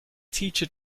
teacher